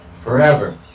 Forever